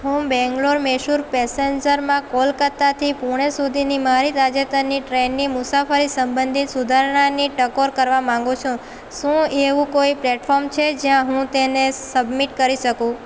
હું બેંગ્લોર મૈસૂર પેસેન્જરમાં કોલકત્તાથી પૂણે સુધીની મારી તાજેતરની ટ્રેનની મુસાફરી સંબંધિત સુધારણાની ટકોર કરવા માંગુ છું શું એવું કોઈ પ્લેટફોર્મ છે જ્યાં હું તેને સબમિટ કરી શકું